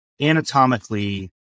anatomically